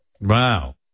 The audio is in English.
Wow